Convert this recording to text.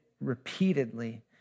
repeatedly